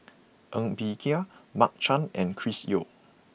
Ng Bee Kia Mark Chan and Chris Yeo